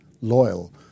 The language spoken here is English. loyal